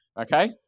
Okay